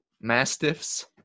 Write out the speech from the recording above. Mastiffs